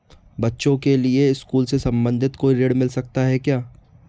बच्चों के लिए स्कूल से संबंधित कोई ऋण मिलता है क्या?